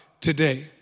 today